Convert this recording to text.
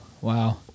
Wow